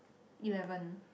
eleven